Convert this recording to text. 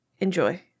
enjoy